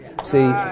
See